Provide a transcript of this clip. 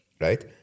right